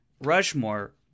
Rushmore